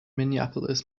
minneapolis